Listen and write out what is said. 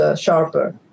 sharper